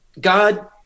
God